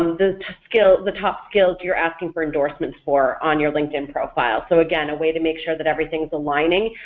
the skill the top skills you're asking for endorsements for on your linkedin profile so again a way to make sure that everything is aligning,